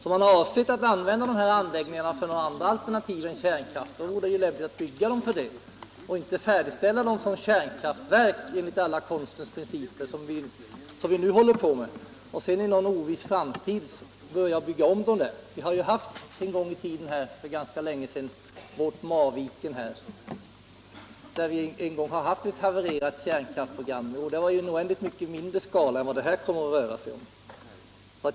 Om man alltså avser att använda de här anläggningarna till något annat än kärnkraftverk så vore det synnerligen lämpligt att direkt bygga dem för dessa andra ändamål. Att färdigställa dem som kärnkraftverk enligt alla konstens principer, vilket vi nu håller på med, för att sedan i en oviss framtid börja bygga om dem innebär ett oerhört slöseri. Vi hade för ganska länge sedan fallet Marviken och det i samband därmed havererade kärnkraftsprogrammet, men det var ju ett bygge i oändligt mycket mindre skala än vad det nu kommer att röra sig om.